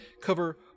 cover